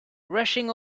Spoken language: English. rushing